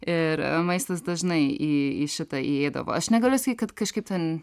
ir maistas dažnai į į šitą įeidavo aš negaliu sakyt kad kažkaip ten